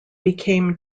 became